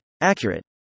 Accurate